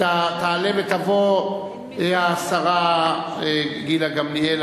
תעלה ותבוא השרה גילה גמליאל,